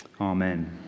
Amen